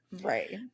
Right